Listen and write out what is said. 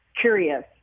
curious